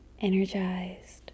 energized